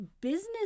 business